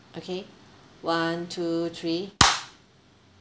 okay one two three